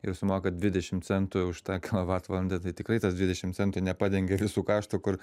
ir sumoka dvidešimt centų už tą kilovatvalandę tai tikrai tas dvidešimt centų nepadengia visų kraštų kur